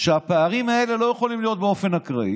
שהפערים האלה לא יכולים להיות באופן אקראי.